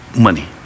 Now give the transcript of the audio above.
money